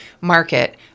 market